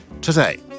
today